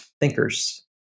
Thinkers